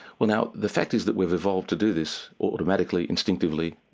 well now the fact is that we've evolved to do this automatically, instinctively,